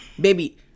baby